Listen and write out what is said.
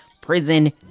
prison